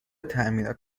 تعمیرات